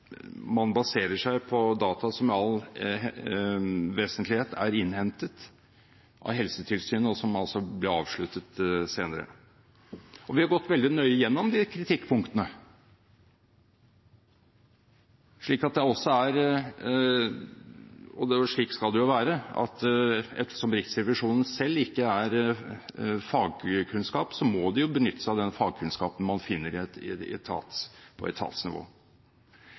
man baserer seg på data som i all vesentlighet er innhentet av Helsetilsynet, og som altså ble avsluttet senere. Vi har gått veldig nøye gjennom de kritikkpunktene, og slik skal det jo være, for ettersom Riksrevisjonen selv ikke har fagkunnskap, må de jo benytte seg av den fagkunnskapen man finner på etatsnivå.